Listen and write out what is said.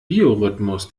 biorhythmus